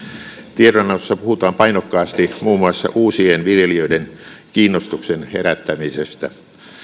tie donannossa puhutaan painokkaasti muun muassa uusien viljelijöiden kiinnostuksen herättämisestä